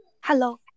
Hello